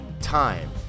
time